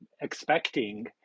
expecting